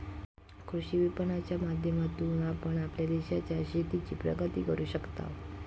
कृषी विपणनाच्या माध्यमातून आपण आपल्या देशाच्या शेतीची प्रगती करू शकताव